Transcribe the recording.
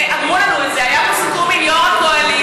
אמרו לנו את זה, היה פה סיכום עם יו"ר הקואליציה.